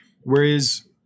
whereas –